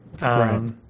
Right